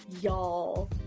y'all